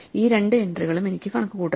ഈ രണ്ട് എൻട്രികളും എനിക്ക് കൂട്ടണം